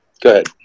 Good